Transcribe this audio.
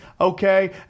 okay